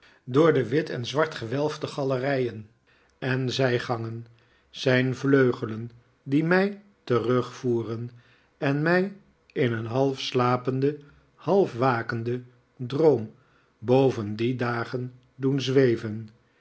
door de wit en zwart gewelfde galerijen en zijgangen zijn vleugelen die mij terugvoeren en mij in een half slapenden half wakenden droom boven die dagen doen zweven